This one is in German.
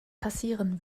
passieren